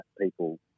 people